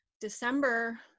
December